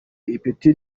ipeti